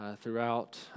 throughout